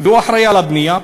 והוא אחראי על הבנייה.